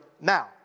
now